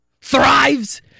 thrives